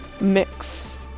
mix